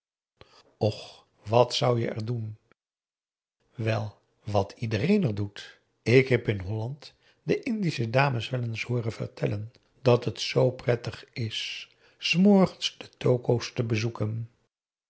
och wat zou je er doen wel wat iedereen er doet ik heb in holland de indische dames wel eens hooren vertellen dat het zoo prettig is s morgens de toko's te bezoeken